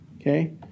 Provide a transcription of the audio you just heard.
Okay